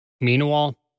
Meanwhile